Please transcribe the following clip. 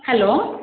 hello